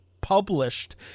published